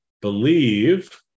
believe